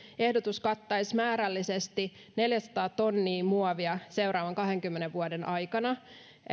ehdotus kattaisi määrällisesti neljäsataa tonnia muovia seuraavan kahdenkymmenen vuoden aikana